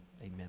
amen